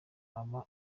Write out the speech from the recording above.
aba